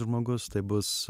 žmogus tai bus